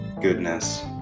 goodness